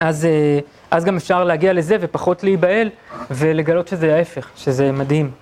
אז גם אפשר להגיע לזה ופחות להיבהל ולגלות שזה ההפך, שזה מדהים.